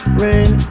rain